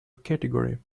category